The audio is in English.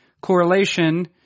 correlation